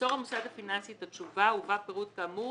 ימסור המוסד הפיננסי את התשובה ובה הפירוט כאמור,